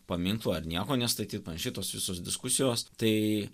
paminklų ar nieko nestatyt šitos visos diskusijos tai